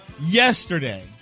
yesterday